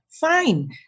Fine